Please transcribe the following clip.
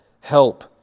help